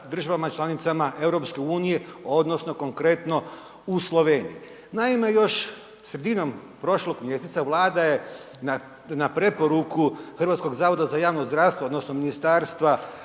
državama članicama EU odnosno konkretno u Sloveniji. Naime, još sredinom prošlog mjeseca Vlada je na preporuku HZJZ odnosno ministarstva, Ministarstva